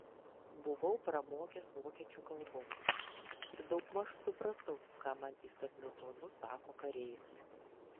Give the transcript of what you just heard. buvau pramokęs vokiečių kalbos ir daugmaž supratau ką man įsakmiu tonu sako kareivis